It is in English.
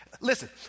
Listen